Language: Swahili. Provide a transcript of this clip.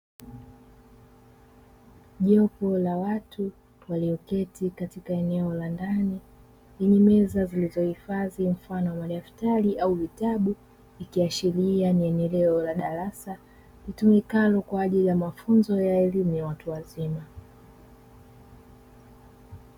Jopo la watu walioketi katika eneo la ndani lenye meza zilizohifadhi mfano wa madaftari au vitabu , ikiashiria ni eneo la darasa litumikalo kwa ajili ya mafunzo ya elimu ya watu wazima.